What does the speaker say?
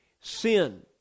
sin